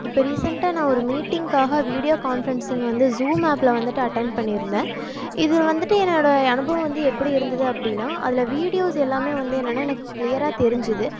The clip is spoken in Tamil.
இப்போ ரீசென்ட்டாக நான் ஒரு மீட்டிங்க்காக வீடியோ கான்ஃப்ரன்சிங் வந்து ஜூம் ஆப்பில வந்துவிட்டு அட்டென்ட் பண்ணிருந்தேன் இது வந்துவிட்டு என்னோட அனுபவம் வந்து எப்படி இருந்து அப்படினா அதில் விடீயோஸ் எல்லாமே வந்து என்னென்னா எனக்கு கிளியராக தெரிஞ்சுது